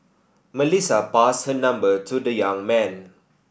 Melissa passed her number to the young man